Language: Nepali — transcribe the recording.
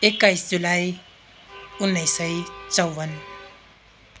एक्काइस जुलाई उन्नाइस सय चौवन